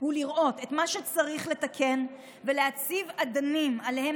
הוא לראות את מה שצריך לתקן ולהציב אדנים שעליהם